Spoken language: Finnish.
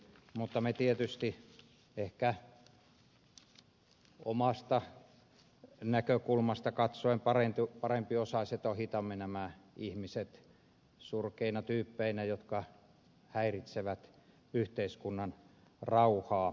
mutta me tietysti ehkä omasta näkökulmastamme katsoen parempiosaiset ohitamme nämä ihmiset surkeina tyyppeinä jotka häiritsevät yhteiskunnan rauhaa